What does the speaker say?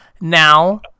Now